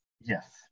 Yes